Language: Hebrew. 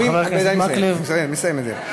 חבר הכנסת מקלב, אני מסיים, מסיים את זה.